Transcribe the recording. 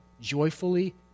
Joyfully